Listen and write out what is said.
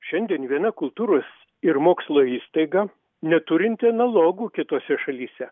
šiandien viena kultūros ir mokslo įstaiga neturinti analogų kitose šalyse